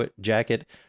jacket